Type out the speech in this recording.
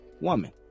woman